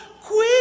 queen